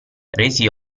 resi